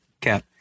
cap